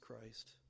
Christ